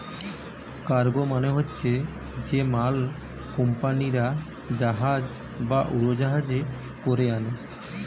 cargo মানে হচ্ছে যে মাল কুম্পানিরা জাহাজ বা উড়োজাহাজে কোরে আনে